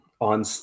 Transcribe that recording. on